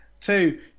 Two